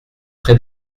pré